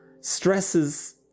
stresses